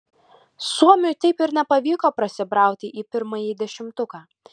suomiui taip ir nepavyko prasibrauti į pirmąjį dešimtuką